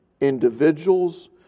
individuals